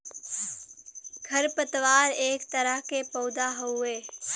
खर पतवार एक तरह के पौधा हउवे